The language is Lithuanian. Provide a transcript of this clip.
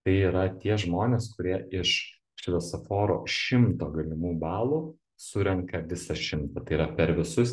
tai yra tie žmonės kurie iš šviesoforo šimto galimų balų surenka visą šimtą tai yra per visus